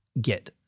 get